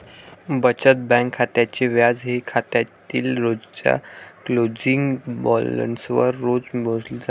बचत बँक खात्याचे व्याज हे खात्यातील रोजच्या क्लोजिंग बॅलन्सवर रोज मोजले जाते